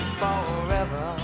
forever